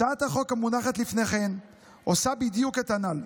הצעת החוק המונחת בפניכם עושה בדיוק את הנ"ל,